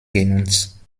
genutzt